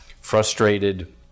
frustrated